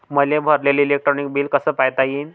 मले भरलेल electric bill कस पायता येईन?